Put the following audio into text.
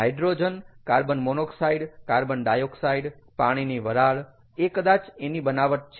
hydrogen carbon monoxide carbon dioxide પાણીની વરાળ એ કદાચ એની બનાવટ છે